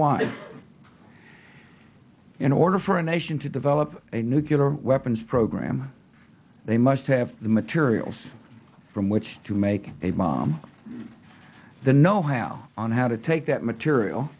why in order for a nation to develop a nuclear weapons program they must have the materials from which to make a bomb the know how on how to take that material